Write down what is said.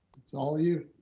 that's all you,